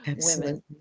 women